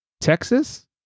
Texas